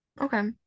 okay